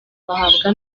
bahabwa